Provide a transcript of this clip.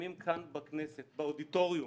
מקיימים כאן, בכנסת, באודיטוריום,